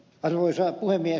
arvoisa puhemies